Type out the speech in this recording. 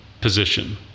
position